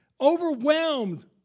overwhelmed